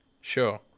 sure